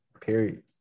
period